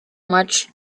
much